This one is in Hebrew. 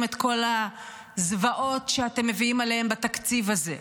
את כל הזוועות שאתם מביאים עליהם בתקציב הזה,